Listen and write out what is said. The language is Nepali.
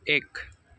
एक